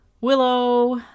Willow